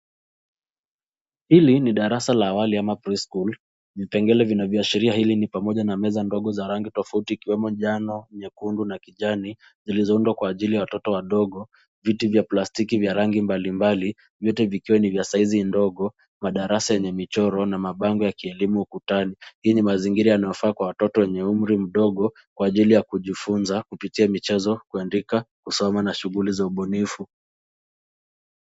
Hili ni darasa la awali ama pre-school .Vipengele vinavyoashiria hili ni pamoja na meza ndogo za rangi tofauti ikiwemo njano, nyekundu na kijani zilizoundwa kwa ajili ya watoto wadogo. Viti vya plastiki vya rangi mbalimbali vyote vikiwa ni vya saizi ndogo, madarasa yenye michoro na mabango ya kielimu ukutani. Hii ni mazingira yanayofaa kwa watoto wenye umri mdogo kwa ajili ya kujifunza kupitia michezo, kuandika, kusoma na shughuli za ubunifu.